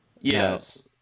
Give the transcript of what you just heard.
Yes